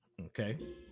Okay